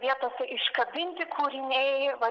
vietos iškabinti kūriniai va